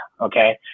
Okay